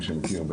מי שמכיר,